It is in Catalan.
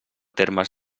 termes